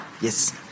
Yes